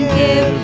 give